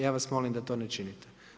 Ja vas molim da to ne činite.